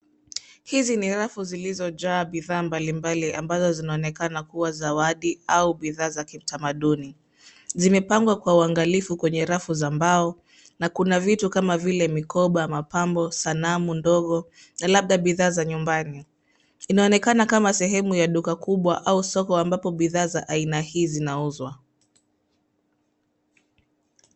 Hizi ni rafu zilizojaa bidhaa mbalimbali ambazo zinaonekana kuwa zawadi au bidhaa za kimtamaduni. Zimepangwa kwa uangalifu kwenye rafu za mbao na kuna vitu kama vile mikoba, mapambo, sanamu ndogo na labda bidhaa za nyumbani. Inaonekana kama sehemu ya duka kubwa au soko ambapo bidhaa za aina hizi zinauzwa.